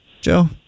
Joe